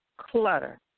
clutter